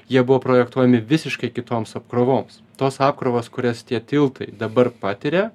jie buvo projektuojami visiškai kitoms apkrovoms tos apkrovos kurias tie tiltai dabar patiria